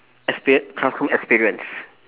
experie~ classroom experience